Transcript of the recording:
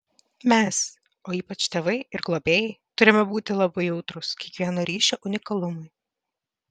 mes o ypač tėvai ir globėjai turime būti labai jautrūs kiekvieno ryšio unikalumui